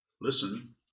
Listen